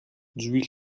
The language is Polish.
drzwi